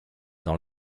dans